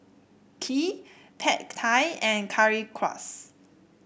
Kheer Pad Thai and Currywurst